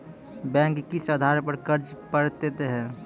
Bank किस आधार पर कर्ज पड़तैत हैं?